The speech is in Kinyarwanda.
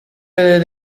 rero